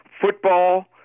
Football